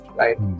right